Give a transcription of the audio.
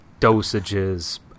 dosages